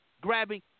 grabbing